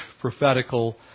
prophetical